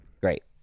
Great